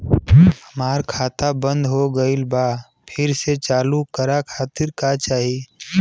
हमार खाता बंद हो गइल बा फिर से चालू करा खातिर का चाही?